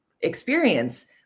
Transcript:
experience